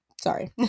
Sorry